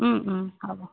হ'ব